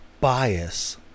bias